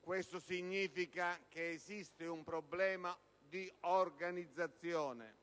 Questo significa che esiste un problema di organizzazione.